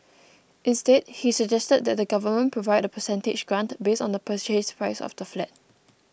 instead he suggested that the Government Provide a percentage grant based on the Purchase Price of the flat